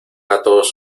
gatos